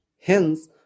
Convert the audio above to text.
hence